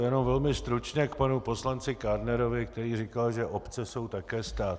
Jenom velmi stručně k panu poslanci Kádnerovi, který říkal, že obce jsou také stát.